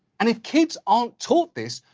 and if kids aren't taught this,